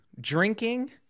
drinking